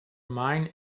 mine